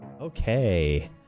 okay